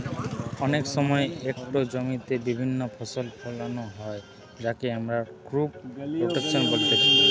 অনেক সময় একটো জমিতে বিভিন্ন ফসল ফোলানো হয় যাকে আমরা ক্রপ রোটেশন বলতিছে